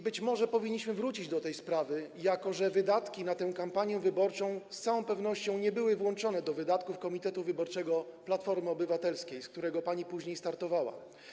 Być może powinniśmy wrócić do tej sprawy, jako że wydatki na tę kampanię wyborczą z całą pewnością nie były włączone do wydatków komitetu wyborczego Platformy Obywatelskiej, z ramienia którego pani później startowała.